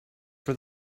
for